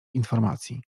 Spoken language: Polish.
informacji